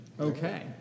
Okay